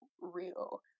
real